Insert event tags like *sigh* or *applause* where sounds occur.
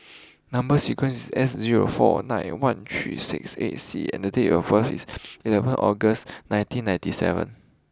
*noise* number sequence is S zero four nine one three six eight C and date of birth is eleven August nineteen ninety seven